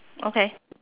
okay